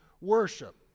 worship